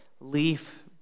Leaf